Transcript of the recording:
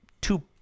Two